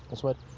sweat.